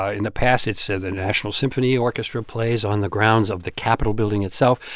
ah in the past, it's ah the national symphony orchestra plays on the grounds of the capitol building itself.